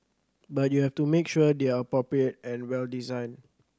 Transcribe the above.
but you have to make sure they're appropriate and well designed